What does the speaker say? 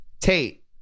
Tate